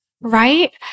right